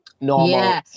normal